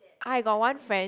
I got one friend